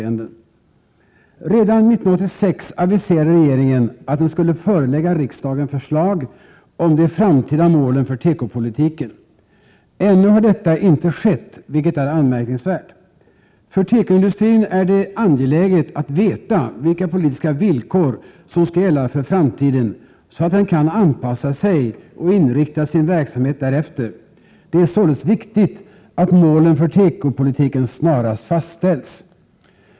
Redan 1986 aviserade regeringen att den skulle förelägga riksdagen förslag om de framtida målen för tekopolitiken. Ännu har detta inte skett, vilket är anmärkningsvärt. För tekoindustrin är det angeläget att veta vilka politiska villkor som skall gälla för framtiden, så att den kan anpassa sig och inrikta sin verksamhet därefter. Det är således viktigt att målen för tekopolitiken snarast fastställs.